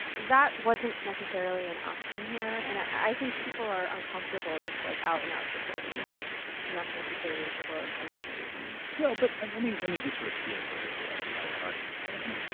that wasn't necessarily an option here. and i think people are uncomfortable just like out and out supporting national security whistle blowers for whatever reason. well, but let me let me sort of give the the other side of that argument, right? i mean,